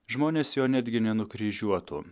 žmonės jo netgi nenukryžiuotų